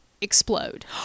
explode